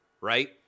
right